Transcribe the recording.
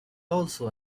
also